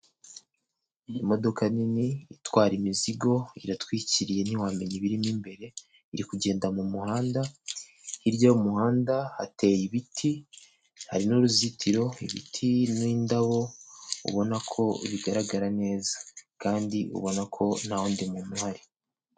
Iyi modoka nini itwara imizigo iratwikiriye ntiwamenya ibirimo imbere, iri kugenda mu muhanda, hirya y'umuhanda hateye ibiti, hari n'uruzitiro, ibiti n'indabo ubona ko bigaragara neza kandi ubona ko nta wundi muntu uhari..